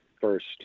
first